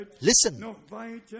Listen